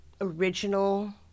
original